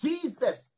Jesus